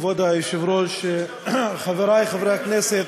כבוד היושב-ראש, חברי חברי הכנסת,